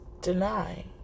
deny